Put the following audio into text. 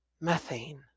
Methane